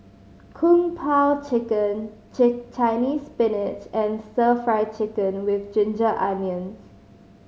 Kung Po Chicken Chinese Spinach and Stir Fry Chicken with ginger onions